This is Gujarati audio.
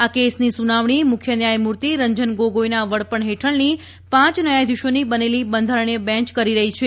આ કેસની સુનાવણી મુખ્ય ન્યાયમૂર્તિ રંજન ગોગોઈના વડપણ હેઠળની પાંચ ન્યાયાધીશોની બનેલી બંધારણીય બેન્ય કરી રહ્રી છે